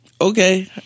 Okay